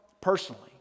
personally